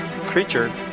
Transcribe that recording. creature